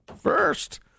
First